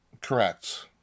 Correct